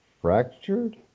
Fractured